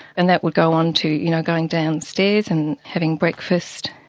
and that would go onto you know going down stairs and having breakfast,